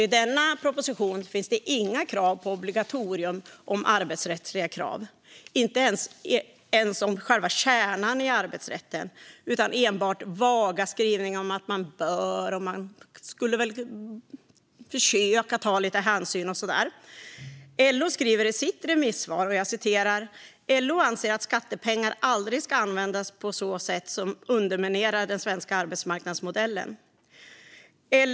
I denna proposition finns inga krav på obligatorium om arbetsrättsliga krav, inte ens om själva kärnan i arbetsrätten utan enbart vaga skrivningar om att man bör eller väl skulle kunna försöka ta lite hänsyn och så där. LO skriver i sitt remissvar: "LO anser att skattepengar aldrig ska användas på sätt som underminerar den svenska arbetsmarknadsmodellen.